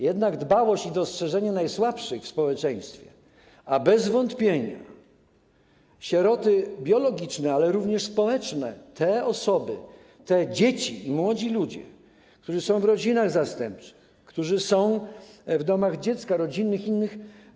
Jednak dbałość o dostrzeżenie najsłabszych w społeczeństwie, a to bez wątpienia sieroty biologiczne, ale również społeczne, to osoby, to dzieci i młodzi ludzie, którzy są w rodzinach zastępczych, którzy są w domach dziecka rodzinnych i innych.